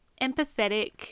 empathetic